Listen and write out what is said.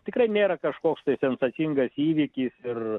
tikrai nėra kažkoks tai sensacingas įvykis ir